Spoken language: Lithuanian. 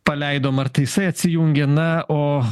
paleido mar tai jisai atsijungė na o